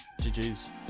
GGs